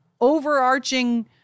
overarching